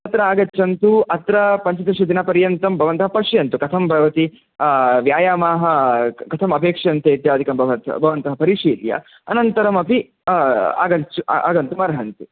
अत्र आगच्छन्तु अत्र पञ्चदशदिनपर्यन्तं भवन्तः पश्यन्तु कथं भवति व्यायामाः कथम् अपेक्ष्यन्ते इत्यादिकं भवन्तः भवन्तः परिशील्य अनन्तरमपि आगच् आगन्तुमर्हन्ति